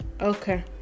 okay